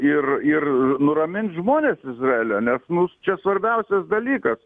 ir ir nuramint žmones izraelio nes nu s čia svarbiausias dalykas